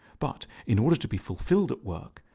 but in order to be fulfilled at work,